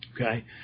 okay